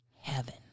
heaven